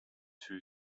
two